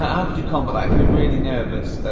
and ah could you combat that, if you were really nervous,